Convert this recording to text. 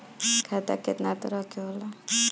खाता केतना तरह के होला?